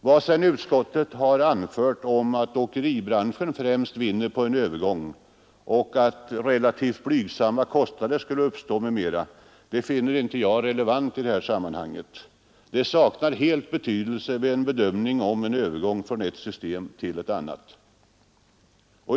Vad sedan utskottet anför om att åkeribranschen främst vinner på en övergång och om att relativt blygsamma kostnader uppstår m.m. finner jag inte relevant i sammanhanget. Det saknar helt betydelse vid en bedömning av en övergång från ett system till ett annat.